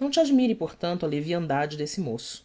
não te admire portanto a leviandade desse moço